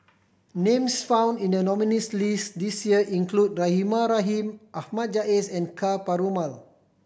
names found in the nominees' list this year include Rahimah Rahim Ahmad Jais and Ka Perumal